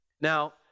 Now